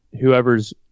whoever's